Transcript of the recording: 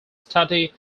study